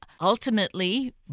ultimately